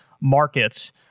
markets